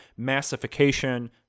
massification